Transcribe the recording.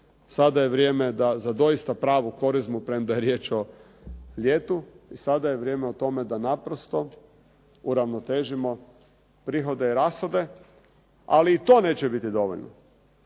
sada je vrijeme da za doista pravu korizmu, premda je riječ o ljetu i sada je vrijeme o tome da naprosto uravnotežimo prihode i rashode. Ali i to neće biti dovoljno,